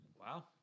Wow